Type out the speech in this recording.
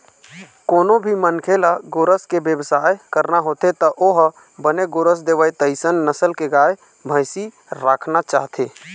कोनो भी मनखे ल गोरस के बेवसाय करना होथे त ओ ह बने गोरस देवय तइसन नसल के गाय, भइसी राखना चाहथे